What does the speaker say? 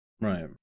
right